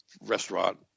restaurant